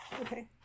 Okay